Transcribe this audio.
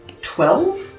Twelve